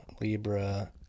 libra